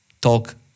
talk